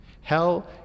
Hell